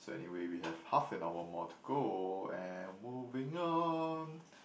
so anyway we have half an hour more to go and moving on